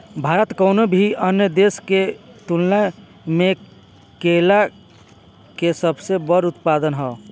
भारत कउनों भी अन्य देश के तुलना में केला के सबसे बड़ उत्पादक ह